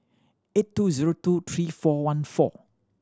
eight two zero two three four one four